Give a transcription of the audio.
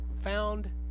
found